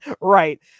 Right